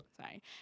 Sorry